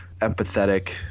empathetic